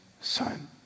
son